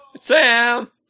Sam